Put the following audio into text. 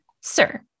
Sir